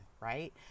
Right